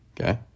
Okay